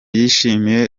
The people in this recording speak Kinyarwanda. yishimiye